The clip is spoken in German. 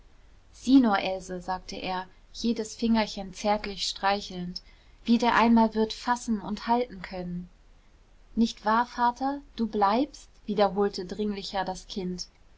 sieh nur else sagte er jedes fingerchen zärtlich streichelnd wie der einmal wird fassen und halten können nicht wahr vater du bleibst wiederholte dringlicher das kind